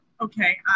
okay